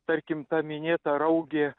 tarkim ta minėta raugė